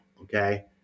okay